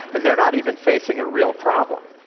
and they're not even facing a real problem.